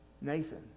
Nathan